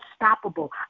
unstoppable